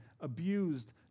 abused